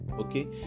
okay